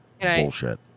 bullshit